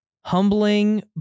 humbling